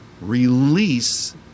release